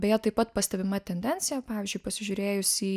beje taip pat pastebima tendencija pavyzdžiui pasižiūrėjus į